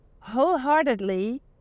wholeheartedly